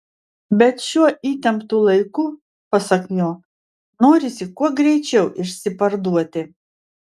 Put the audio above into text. bet šiuo įtemptu laiku pasak jo norisi kuo greičiau išsiparduoti